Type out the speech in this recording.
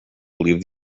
believe